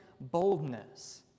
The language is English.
boldness